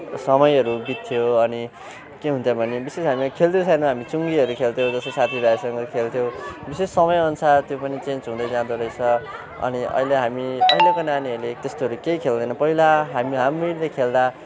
समयहरू बित्थ्यो अनि के हुन्थ्यो भने विशेष हामी खेल्थ्यौँ सानोमा हामी चुङ्गीहरू खेल्थ्यौँ जस्तो साथी भाइहरूसँग खेल्थ्यौँ विशेष समय अनुसार त्यो पनि चेन्ज हुँदै जाँदोरहेछ अनि अहिले हामी अहिलेको नानीहरूले त्यस्तोहरू केही खेल्दैन पहिला हामी हामीहरूले खेल्दा